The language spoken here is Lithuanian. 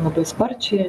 labai sparčiai